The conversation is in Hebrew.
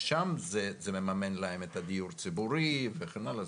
שם זה מממן להם את הדיור הציבורי וכן הלאה,